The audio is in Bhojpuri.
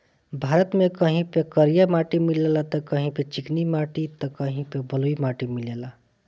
भारत में कहीं पे करिया माटी मिलेला त कहीं पे चिकनी माटी त कहीं पे बलुई माटी मिलेला